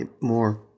more